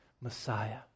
Messiah